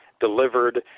delivered